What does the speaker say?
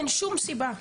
אין שום סיבה.